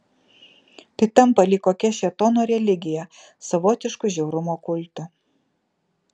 tai tampa lyg kokia šėtono religija savotišku žiaurumo kultu